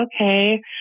okay